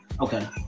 Okay